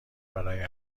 برای